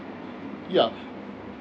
yup